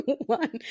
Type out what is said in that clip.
one